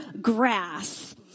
grass